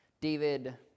David